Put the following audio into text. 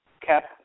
cap